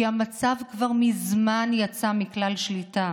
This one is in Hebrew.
כי המצב כבר מזמן יצא מכלל שליטה